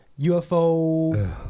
UFO